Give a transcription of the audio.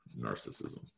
narcissism